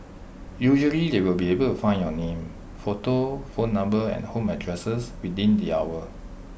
usually they will be able to find your name photo phone number and home addresses within the hour